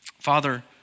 Father